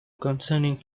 concerning